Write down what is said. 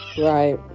Right